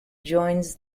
joins